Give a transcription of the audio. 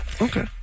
okay